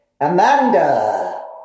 Amanda